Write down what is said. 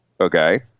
Okay